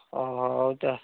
ହଉ ତା'ହେଲେ